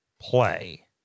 play